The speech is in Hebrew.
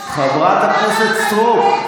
חברת הכנסת סטרוק,